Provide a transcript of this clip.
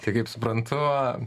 tai kaip suprantu